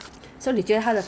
after cleansing you tone